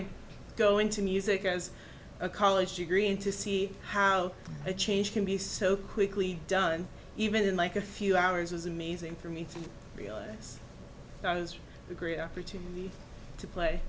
to go into music as a college degree and to see how the change can be so quickly done even in like a few hours was amazing for me to realize that was a great opportunity to play